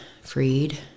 freed